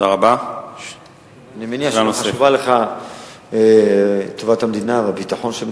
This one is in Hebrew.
אני מניח שחשובים לך טובת המדינה והביטחון שלה.